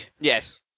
Yes